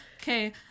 Okay